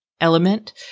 element